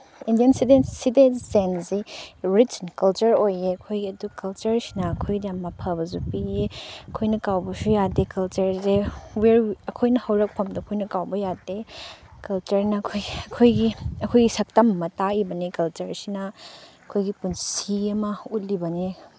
Indian ꯁꯤꯇꯤꯖꯦꯟꯁꯤ rich culture ꯑꯣꯏꯌꯦ ꯑꯈꯣꯏꯒꯤ ꯑꯗꯨ ꯀꯜꯆꯔꯁꯤꯅ ꯑꯈꯣꯏꯗ ꯌꯥꯝ ꯑꯐꯕꯁꯨ ꯄꯤꯌꯦ ꯑꯈꯣꯏꯅ ꯀꯥꯎꯕꯁꯨ ꯌꯥꯗꯦ ꯀꯜꯆꯔꯁꯦ ꯑꯈꯣꯏꯅ ꯍꯧꯔꯛꯐꯝꯗꯣ ꯑꯈꯣꯏꯅ ꯀꯥꯎꯕ ꯌꯥꯗꯦ ꯀꯜꯆꯔꯅ ꯑꯈꯣꯏꯒꯤ ꯁꯛꯇꯝ ꯑꯃ ꯇꯥꯛꯏꯕꯅꯦ ꯀꯜꯆꯔꯁꯤꯅ ꯑꯩꯈꯣꯏꯒꯤ ꯄꯨꯟꯁꯤ ꯑꯃ ꯎꯠꯂꯤꯕꯅꯦ